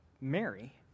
Mary